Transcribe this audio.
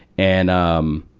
and, um,